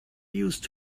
used